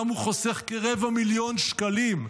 גם הוא חוסך כרבע מיליון שקלים,